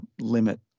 limit